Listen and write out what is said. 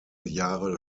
jahre